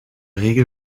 regel